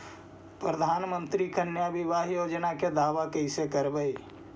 प्रधानमंत्री कन्या बिबाह योजना के दाबा कैसे करबै?